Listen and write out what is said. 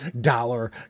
dollar